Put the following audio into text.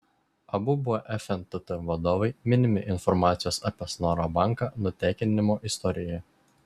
abu buvę fntt vadovai minimi informacijos apie snoro banką nutekinimo istorijoje